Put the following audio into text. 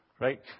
Right